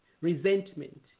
resentment